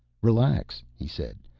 relax, he said,